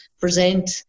present